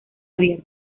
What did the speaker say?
abierta